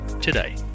today